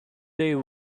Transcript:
their